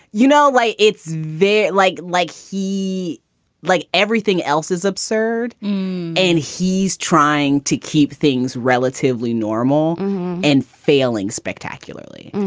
you know, like it's very like like he like everything else is absurd and he's trying to keep things relatively normal and failing spectacularly.